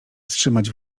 wstrzymać